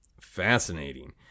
Fascinating